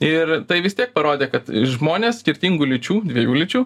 ir tai vis tiek parodė kad žmonės skirtingų lyčių dviejų lyčių